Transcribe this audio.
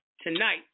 tonight